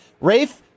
Rafe